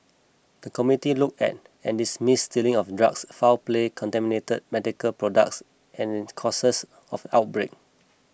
the committee looked at and dismissed stealing of drugs foul play contaminated medical products and causes of outbreak